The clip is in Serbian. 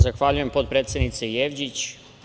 Zahvaljujem, potpredsednice Jevđić.